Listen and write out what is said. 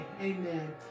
amen